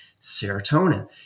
serotonin